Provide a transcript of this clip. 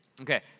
Okay